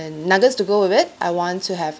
nuggets to go with it I want to have